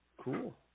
Cool